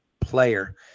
player